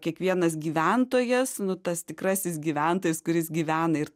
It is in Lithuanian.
kiekvienas gyventojas nu tas tikrasis gyventojas kuris gyvena ir